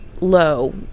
low